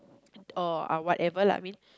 or whatever lah I mean